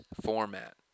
format